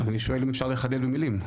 אני שואל אם אפשר לחדד במילים.